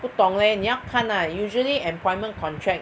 不懂 leh 你要看 ah usually employment contract